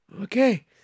Okay